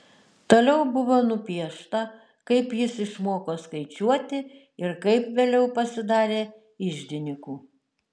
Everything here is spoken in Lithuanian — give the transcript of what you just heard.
toliau buvo nupiešta kaip jis išmoko skaičiuoti ir kaip vėliau pasidarė iždininku